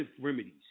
remedies